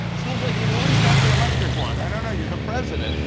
seems like you'd at least have the electric one, i don't know, you're the president.